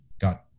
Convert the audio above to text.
got